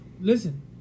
Listen